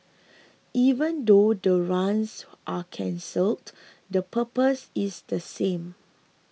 even though the runs are cancelled the purpose is the same